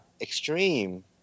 extreme